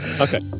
Okay